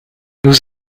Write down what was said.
nous